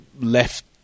left